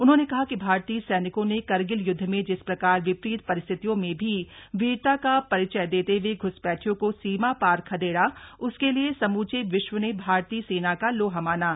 उन्होंने कहा कि भारतीय सैनिकों ने करगिल युद्ध में जिस प्रकार विपरीत परिस्थितियों में भी वीरता का परिचय देते हुए घुसपैठियों को सीमा पार खदेड़ा उसके लिए समूचे विश्व ने भारतीय सेना का लोहा माना